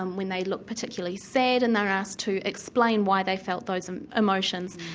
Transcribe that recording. um when they looked particularly sad, and they are asked to explain why they felt those um emotions.